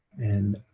and